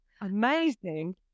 Amazing